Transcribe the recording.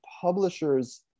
publishers